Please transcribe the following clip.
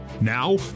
Now